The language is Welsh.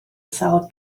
sâl